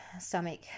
stomach